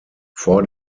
vor